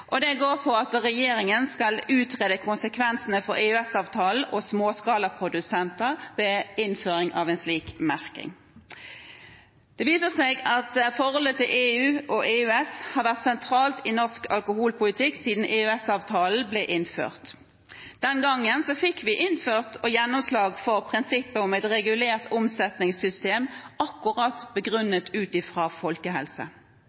og det går på at regjeringen skal utrede konsekvensene for EØS-avtalen og småskalaprodusenter ved innføring av en slik merking. Det viser seg at forholdet til EU og EØS har vært sentralt i norsk alkoholpolitikk siden EØS-avtalen ble innført. Den gangen fikk vi innført og gjennomslag for prinsippet om et regulert omsetningssystem begrunnet ut fra akkurat folkehelse.